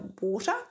water